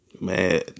man